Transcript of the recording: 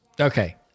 Okay